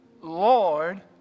Lord